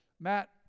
Matt